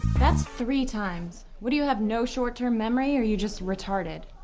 that's three times. what, do you have no short-term memory or you just retarded?